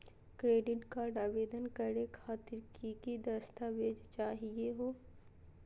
Credit card आवेदन करे खातिर की की दस्तावेज चाहीयो हो?